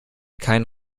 kein